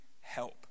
help